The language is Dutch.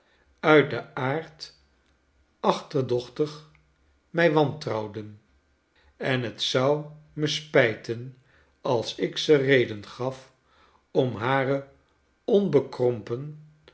uit den aard achterdochtig mij wantrouwden en het zou me spijten als ik ze reden gaf om hare onbekrompen